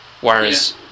Whereas